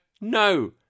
No